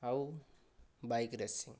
ଆଉ bike racing